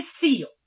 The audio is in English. seal